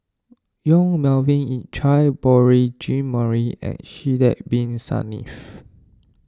Yong Melvin Yik Chye Beurel Jean Marie and Sidek Bin Saniff